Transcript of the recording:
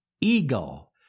eagle